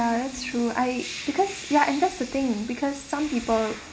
ya that's true I because ya and that's the thing because some people